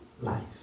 life